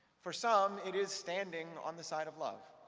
for some, it is standing on the side of love.